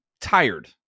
tired